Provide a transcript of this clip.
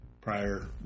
prior